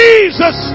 Jesus